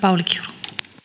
rouva